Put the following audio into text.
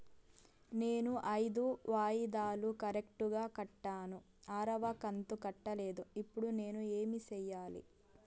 నేను ఐదు వాయిదాలు కరెక్టు గా కట్టాను, ఆరవ కంతు కట్టలేదు, ఇప్పుడు నేను ఏమి సెయ్యాలి?